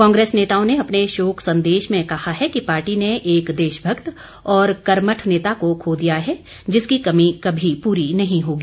कांग्रेस नेताओं ने अपने शोक संदेश में कहा है कि पार्टी ने एक देशभक्त और कर्मठ नेता को खो दिया है जिसकी कमी कभी पूरी नहीं होगी